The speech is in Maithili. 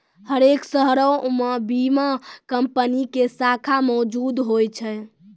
हरेक शहरो मे बीमा कंपनी के शाखा मौजुद होय छै